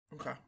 Okay